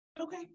Okay